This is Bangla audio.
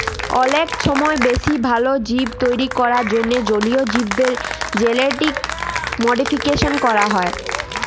অলেক ছময় বেশি ভাল জীব তৈরি ক্যরার জ্যনহে জলীয় জীবদের জেলেটিক মডিফিকেশল ক্যরা হ্যয়